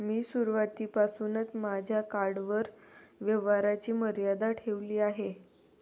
मी सुरुवातीपासूनच माझ्या कार्डवर व्यवहाराची मर्यादा ठेवली आहे